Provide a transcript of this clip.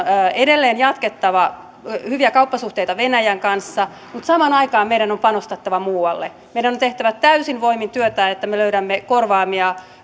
edelleen jatkettava hyviä kauppasuhteita venäjän kanssa mutta samaan aikaan meidän on panostettava muualle meidän on tehtävä täysin voimin työtä että me löydämme korvaavia